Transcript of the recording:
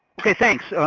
okay, thanks.